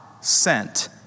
sent